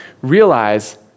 realize